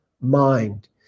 mind